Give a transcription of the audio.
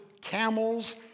camels